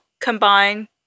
combine